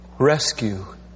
Rescue